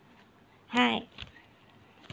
hi